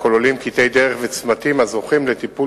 הכוללים קטעי דרך וצמתים הזוכים לטיפול